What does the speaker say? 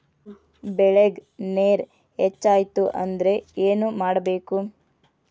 ಬೆಳೇಗ್ ನೇರ ಹೆಚ್ಚಾಯ್ತು ಅಂದ್ರೆ ಏನು ಮಾಡಬೇಕು?